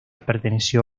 perteneció